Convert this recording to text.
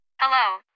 Hello